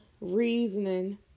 reasoning